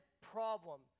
problem